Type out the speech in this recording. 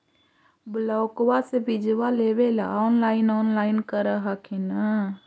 ब्लोक्बा से बिजबा लेबेले ऑनलाइन ऑनलाईन कर हखिन न?